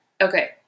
Okay